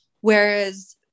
Whereas